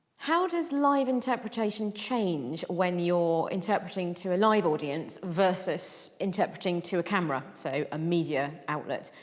how does live interpretation change when you're interpreting to a live audience versus interpreting to a camera, so a media outlet?